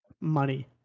money